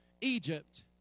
Egypt